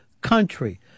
country